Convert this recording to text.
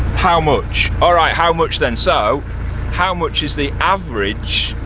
how much. alright how much then, so how much is the average,